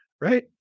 Right